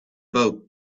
boat